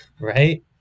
Right